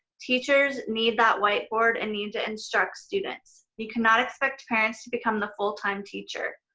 teachers need that white board and need to instruct students. we cannot expect parents to become the full time teacher.